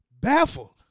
Baffled